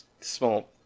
small